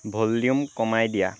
volume কমাই দিয়া